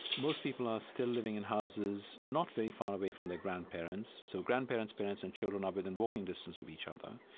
most people are still living in houses not very far away from their grandparents. so grandparents, parents and children are within walking distance of each other.